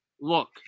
look